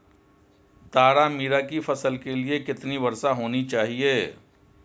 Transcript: तारामीरा की फसल के लिए कितनी वर्षा होनी चाहिए?